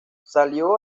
salió